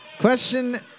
Question